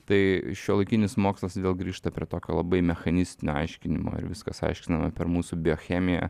tai šiuolaikinis mokslas vėl grįžta prie tokio labai mechanistinio aiškinimo ir viskas aiškinama per mūsų biochemiją